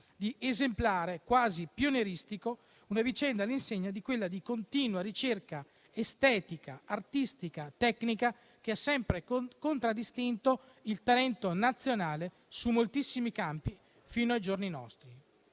di esemplare, quasi pioneristica vicenda, all'insegna della continua ricerca estetica, artistica e tecnica che ha sempre contraddistinto il talento nazionale in moltissimi campi, fino ai giorni nostri.